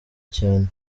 cyane